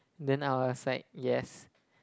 then I was like yes